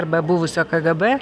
arba buvusio kgb